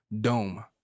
Dome